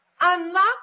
Unlock